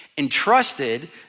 Entrusted